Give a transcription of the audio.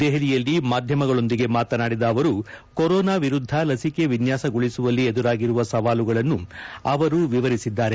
ದೆಹಲಿಯಲ್ಲಿ ಮಾಧ್ಯಮಗಳೊಂದಿಗೆ ಮಾತನಾಡಿದ ಅವರು ಕೊರೊನಾ ವಿರುದ್ಧ ಲಸಿಕೆ ವಿನ್ಯಾಸಗೊಳಿಸುವಲ್ಲಿ ಎದುರಾಗಿರುವ ಸವಾಲುಗಳನ್ನು ಅವರು ವಿವರಿಸಿದ್ದಾರೆ